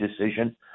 decision